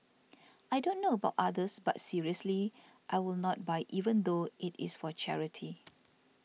I don't know about others but seriously I will not buy even though it is for charity